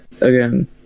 again